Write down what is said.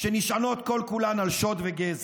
שנשענות כל-כולן על שוד וגזל,